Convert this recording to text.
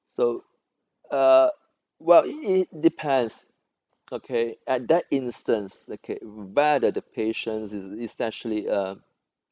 so uh well it depends okay at that instance okay bad that patients is essentially a